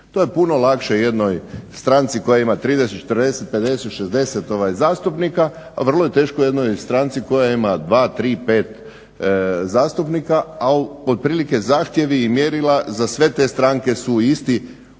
To je puno lakše jednoj stranci koja ima 30, 40, 50, 60 zastupnika, a vrlo je teško jednoj stranci koja ima 2, 3, 5 zastupnika, a otprilike zahtjevi i mjerila za sve te stranke su isti od